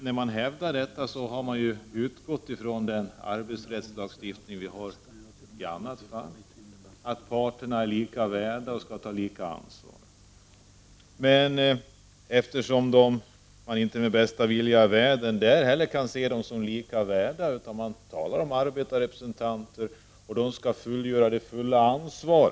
När man hävdar detta har man utgått från den arbetsrättslagstiftning som vi har i andra fall — dvs att parterna är lika värda och skall ta samma ansvar. Inte heller där kan man med bästa vilja i världen se att det skall vara lika värde. Man talar om arbetarrepresentanter och om att de skall ta fullt ansvar.